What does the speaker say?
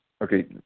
Okay